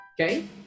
Okay